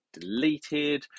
deleted